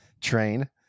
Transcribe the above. train